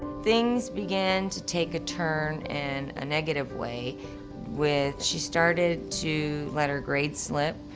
things began to take a turn in a negative way when she started to let her grades slip.